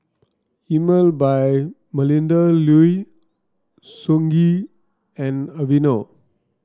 Emel by Melinda Looi Songhe and Aveeno